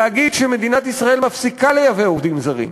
להגיד שמדינת ישראל מפסיקה לייבא עובדים זרים,